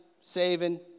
saving